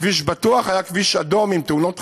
כביש בטוח, היה כביש אדום עם תאונות חזית.